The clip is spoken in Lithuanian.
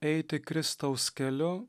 eiti kristaus keliu